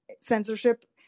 censorship